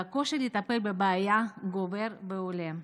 והקושי לטפל בבעיה גובר והולך.